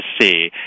see